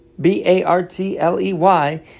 B-A-R-T-L-E-Y